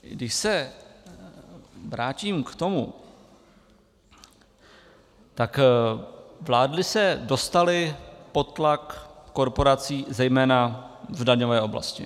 Když se vrátím k tomu, tak vlády se dostaly pod tlak korporací zejména v daňové oblasti.